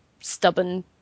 stubborn